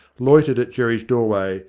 loitered at jerry's doorway,